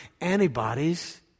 antibodies